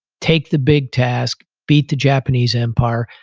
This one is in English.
take the big tasks, beat the japanese empire,